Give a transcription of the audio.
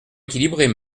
équilibrées